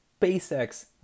spacex